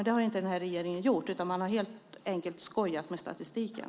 Det har inte den här regeringen gjort, utan man har helt enkelt skojat med statistiken.